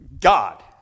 God